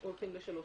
שהולכים לשלוש